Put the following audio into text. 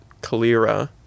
Kalira